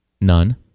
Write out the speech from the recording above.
None